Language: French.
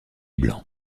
blancs